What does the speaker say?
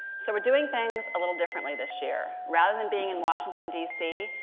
so, we're doing things a little differently this year. rather than being in washington dc,